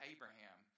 Abraham